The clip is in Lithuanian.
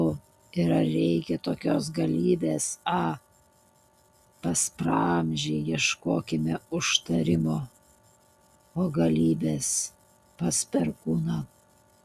o ir ar reikia tokios galybės a pas praamžį ieškokime užtarimo o galybės pas perkūną